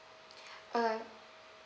uh